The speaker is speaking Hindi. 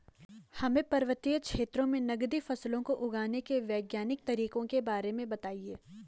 हमें पर्वतीय क्षेत्रों में नगदी फसलों को उगाने के वैज्ञानिक तरीकों के बारे में बताइये?